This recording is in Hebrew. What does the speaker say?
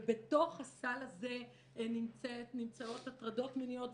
ובתוך הסל הזה נמצאות הטרדות מיניות,